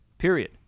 period